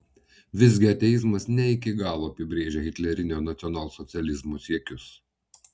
visgi ateizmas ne iki galo apibrėžia hitlerinio nacionalsocializmo siekius